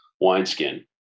wineskin